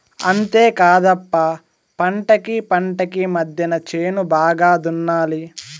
అంతేకాదప్ప పంటకీ పంటకీ మద్దెన చేను బాగా దున్నాలి